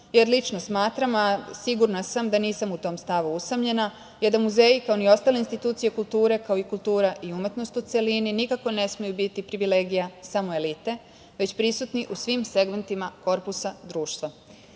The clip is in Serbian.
jer lično smatram, a sigurna sam da nisam u tom stavu usamljena je da muzeji, kao ni ostale institucije kulture, kao i kultura i umetnost u celini nikako ne smeju biti privilegija samo elite, već prisutni u svim segmentima korpusa društva.S